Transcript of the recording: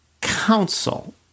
counsel